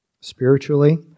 spiritually